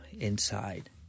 inside